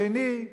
השני,